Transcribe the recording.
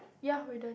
ya we're done